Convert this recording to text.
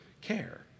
care